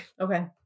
okay